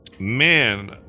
Man